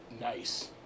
Nice